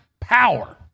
power